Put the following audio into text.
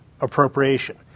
appropriation